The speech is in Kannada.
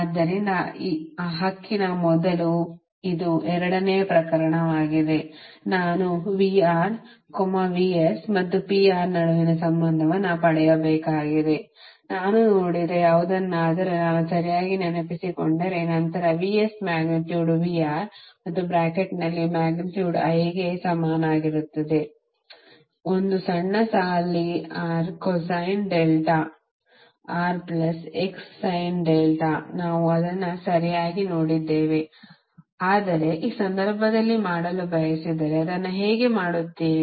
ಆದ್ದರಿಂದ ಆ ಹಕ್ಕಿನ ಮೊದಲು ಇದು ಎರಡನೆಯ ಪ್ರಕರಣವಾಗಿದೆ ನಾನು VR VS ಮತ್ತು PR ನಡುವಿನ ಸಂಬಂಧವನ್ನು ಪಡೆಯಬೇಕಾಗಿದೆ ನಾನು ನೋಡಿದ ಯಾವುದನ್ನಾದರೂ ನಾನು ಸರಿಯಾಗಿ ನೆನಪಿಸಿಕೊಂಡರೆ ನಂತರ VS ಮ್ಯಾಗ್ನಿಟ್ಯೂಡ್ VR ಮತ್ತು ಬ್ರಾಕೆಟ್ನಲ್ಲಿನ ಮ್ಯಾಗ್ನಿಟ್ಯೂಡ್ I ಗೆ ಸಮಾನವಾಗಿರುತ್ತದೆ ಒಂದು ಸಣ್ಣ ಸಾಲಿಗೆ R cosine delta R plus X sine delta ನಾವು ಅದನ್ನು ಸರಿಯಾಗಿ ನೋಡಿದ್ದೇವೆ ಆದರೆ ಈ ಸಂದರ್ಭದಲ್ಲಿ ಮಾಡಲು ಬಯಸಿದರೆ ಅದನ್ನು ಹೇಗೆ ಮಾಡುತ್ತೀರಿ